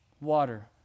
Water